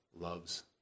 loves